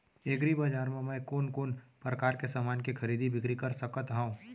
एग्रीबजार मा मैं कोन कोन परकार के समान के खरीदी बिक्री कर सकत हव?